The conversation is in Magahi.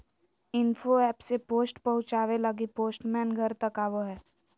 इन्फो एप से पोस्ट पहुचावे लगी पोस्टमैन घर तक आवो हय